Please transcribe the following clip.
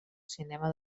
cinema